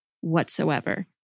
whatsoever